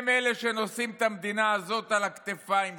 הם אלה שנושאים את המדינה הזאת על הכתפיים שלהם.